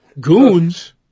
Goons